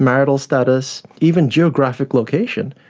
marital status, even geographic location,